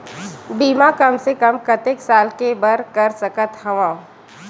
बीमा कम से कम कतेक साल के बर कर सकत हव?